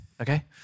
okay